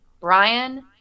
Brian